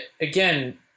again